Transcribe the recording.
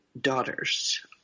daughters